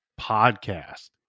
podcast